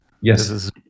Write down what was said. Yes